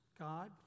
God